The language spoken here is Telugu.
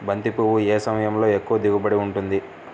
బంతి పువ్వు ఏ సమయంలో ఎక్కువ దిగుబడి ఉంటుంది?